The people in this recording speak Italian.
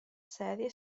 serie